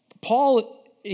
Paul